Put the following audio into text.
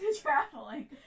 traveling